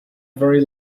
very